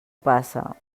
passa